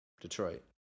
Detroit